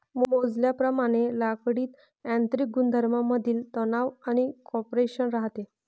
मोजल्याप्रमाणे लाकडीत यांत्रिक गुणधर्मांमधील तणाव आणि कॉम्प्रेशन राहते